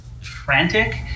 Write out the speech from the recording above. frantic